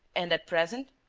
and at present?